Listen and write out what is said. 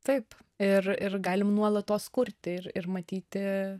taip ir ir galim nuolatos kurti ir ir matyti